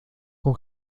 con